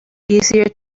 easier